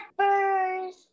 peppers